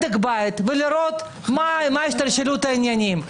צריך לעשות בדק בית ולראות מה השתלשלות העניינים.